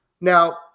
Now